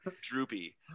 droopy